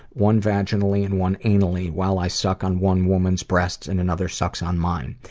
one vaginally, and one anally, while i suck on one woman's breasts, and another sucks on mine.